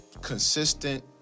consistent